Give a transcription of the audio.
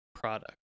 product